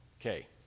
Okay